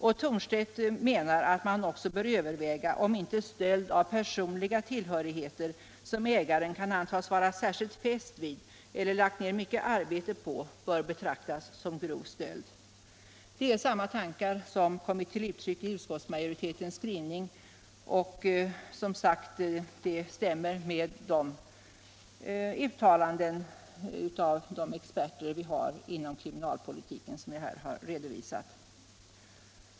Thornstedt menar att man också bör överväga om inte stöld av personliga tillhörigheter, som ägaren kan antas vara särskilt fäst vid eller har lagt ned mycket arbete på, bör betraktas som grov stöld. Det är sådana tankar som kommit till uttryck i utskottsmajoritetens skrivning, och de stämmer således med uttalanden som gjorts av experter inom kriminalpolitiken.